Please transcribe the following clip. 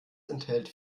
enthält